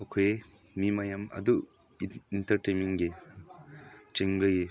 ꯃꯈꯣꯏ ꯃꯤ ꯃꯌꯥꯝ ꯑꯗꯨ ꯏꯟꯇꯔꯇꯦꯟꯃꯦꯟꯒꯤ ꯆꯤꯡꯂꯩꯌꯦ